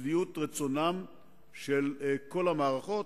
לשביעות רצונן של כל המערכות,